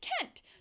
Kent